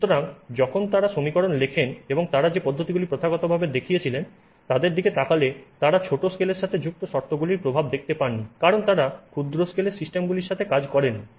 সুতরাং যখন তারা সমীকরণ লেখেন এবং তারা যে পদ্ধতিগুলি প্রথাগতভাবে দেখছিলেন তাদের দিকে তাকালে তারা ছোট স্কেলের সাথে যুক্ত শর্তগুলির প্রভাব দেখতে পাননি কারণ তারা ক্ষুদ্র স্কেলে সিস্টেমগুলির সাথে কাজ করেননি